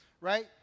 right